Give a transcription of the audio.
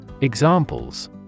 Examples